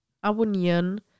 abonnieren